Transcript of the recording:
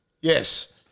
Yes